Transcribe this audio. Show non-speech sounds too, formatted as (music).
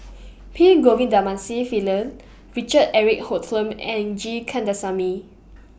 P (unintelligible) Pillai Richard Eric Holttum and G Kandasamy